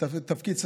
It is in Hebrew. זה תפקיד סטטוטורי.